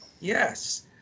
Yes